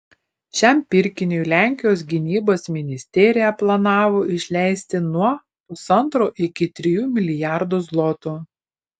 šiam pirkiniui lenkijos gynybos ministerija planavo išleisti nuo pusantro iki trijų milijardų zlotų